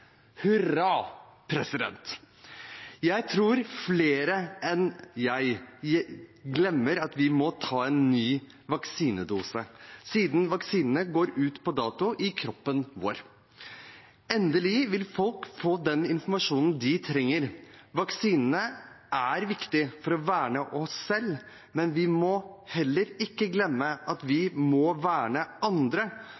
Jeg tror flere enn jeg glemmer at vi må ta en ny vaksinedose, siden vaksinene går ut på dato i kroppen vår. Endelig vil folk få den informasjonen de trenger. Vaksinene er viktige for å verne oss selv, men vi må heller ikke glemme at vi